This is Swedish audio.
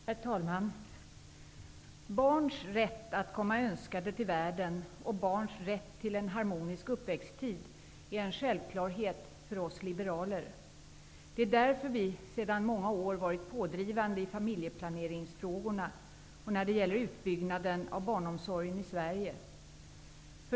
Herr talman! Barns rätt att komma önskade till världen och barns rätt att få en harmonisk uppväxttid är en självklarhet för oss liberaler. Det är därför som vi sedan många år varit pådrivande i frågorna om familjeplanering och utbyggnad av barnomsorg i Sverige.